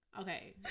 Okay